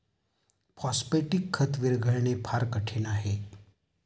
phosphatic खत विरघळणे फार कठीण आहे